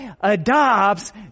adopts